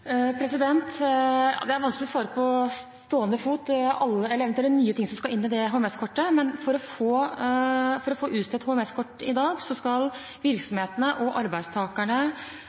Det er vanskelig på stående fot å svare om eventuelle nye elementer som skal inn i det HMS-kortet, men for å få utstedt HMS-kort i dag skal virksomhetene og arbeidstakerne